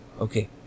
okay